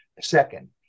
Second